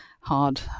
hard